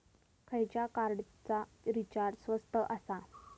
खयच्या कार्डचा रिचार्ज स्वस्त आसा?